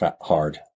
Hard